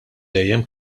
dejjem